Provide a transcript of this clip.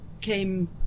came